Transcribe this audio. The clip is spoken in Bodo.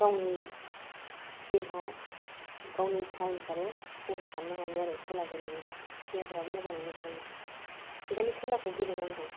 गावनि देहा गावनि टाइम फ्राबो स्पेनड खालामनो हायो आरो खेला गेलेबा देहाफ्राबो मोजाङैनो थायो बेखायनो खेलाखौ गेलेनांगौ